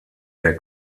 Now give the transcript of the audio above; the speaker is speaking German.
der